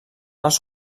els